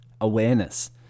awareness